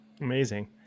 Amazing